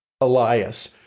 Elias